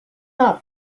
not